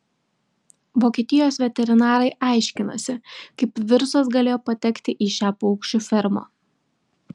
vokietijos veterinarai aiškinasi kaip virusas galėjo patekti į šią paukščių fermą